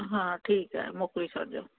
हा ठीकु आहे मोकिले छॾिजो